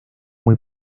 muy